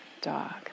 dog